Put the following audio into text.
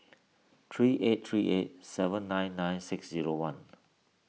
three eight three eight seven nine nine six zero one